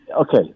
Okay